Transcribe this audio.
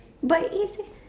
but if eh